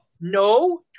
no